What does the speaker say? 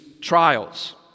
trials